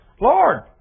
Lord